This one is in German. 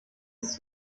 ist